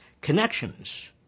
connections